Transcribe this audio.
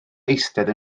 eistedd